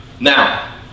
Now